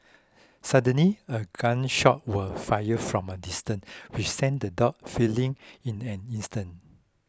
suddenly a gun shot were fired from a distance which sent the dogs fleeing in an instant